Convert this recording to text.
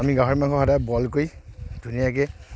আমি গাহৰি মাংস সদায় বইল কৰি ধুনীয়াকৈ